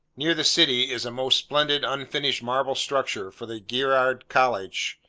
near the city, is a most splendid unfinished marble structure for the girard college,